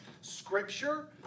Scripture